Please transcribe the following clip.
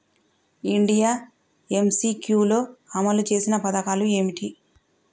India MCQ లో అమలు చేసిన పథకాలు ఏమిటి?